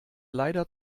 leider